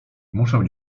muszę